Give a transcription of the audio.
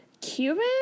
Cuban